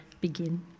begin